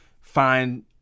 find